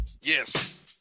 Yes